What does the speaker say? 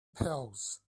pals